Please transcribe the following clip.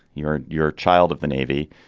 you're your child of the navy.